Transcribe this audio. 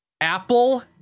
Apple